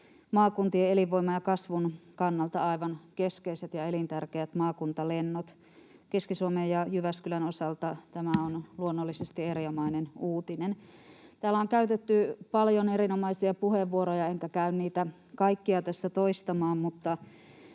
maakuntien elinvoiman ja kasvun kannalta aivan keskeiset ja elintärkeät maakuntalennot. Keski-Suomen ja Jyväskylän osalta tämä on luonnollisesti erinomainen uutinen. Täällä on käytetty paljon erinomaisia puheenvuoroja, enkä käy niitä kaikkia tässä toistamaan, mutta